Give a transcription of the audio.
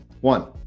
One